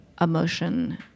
emotion